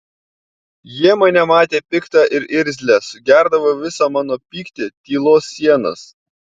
jie mane matė piktą ir irzlią sugerdavo visą mano pyktį tylos sienas